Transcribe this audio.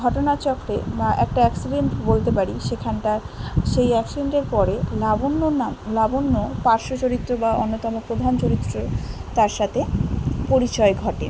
ঘটনাচক্রে বা একটা অ্যাক্সিডেন্ট বলতে পারি সেখানটা সেই অ্যাক্সিডেন্টের পরে লাবণ্য নাম লাবণ্য পার্শ্ব চরিত্র বা অন্যতম প্রধান চরিত্র তার সাথে পরিচয় ঘটে